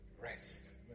rest